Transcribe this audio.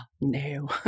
no